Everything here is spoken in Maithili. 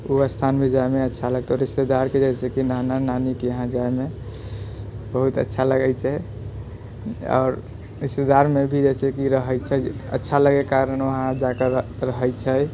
ओ स्थानमे जायमे अच्छा लगै छै रिश्तेदारके जैसे कि नाना नानीके यहाँ जाइमे बहुत अच्छा लागै छै आओर रिश्तेदारमे भी जैसे कि रहै छै अच्छा लगैके कारण वहाँ जा कर रहै छै